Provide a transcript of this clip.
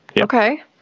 Okay